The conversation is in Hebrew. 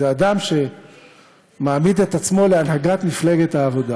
זה אדם שמעמיד את עצמו להנהגת מפלגת העבודה.